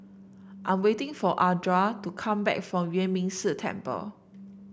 I'm waiting for Ardath to come back from Yuan Ming Si Temple